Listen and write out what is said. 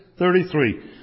33